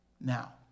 Now